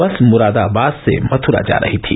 बस मुरादाबाद से मथुरा जा रही थी